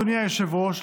אדוני היושב-ראש,